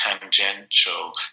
tangential